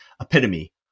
epitome